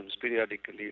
periodically